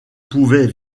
pouvait